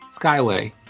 Skyway